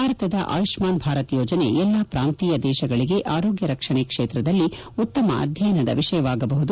ಭಾರತದ ಆಯುಷ್ಠಾನ್ ಭಾರತ್ ಯೋಜನೆ ಎಲ್ಲಾ ಪ್ರಾಂತೀಯ ದೇಶಗಳಿಗೆ ಆರೋಗ್ಯ ರಕ್ಷಣೆ ಕ್ಷೇತ್ರದಲ್ಲಿ ಉತ್ತಮ ಅಧ್ಯಯನದ ವಿಷಯವಾಗಬಹುದು